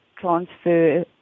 transfer